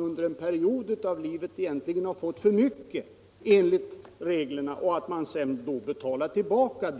Under en period av livet har man egentligen fått för mycket enligt reglerna, och det får man sedan betala tillbaka. Att